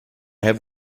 have